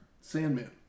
Sandman